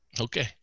Okay